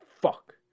fuck